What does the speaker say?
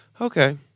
okay